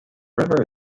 river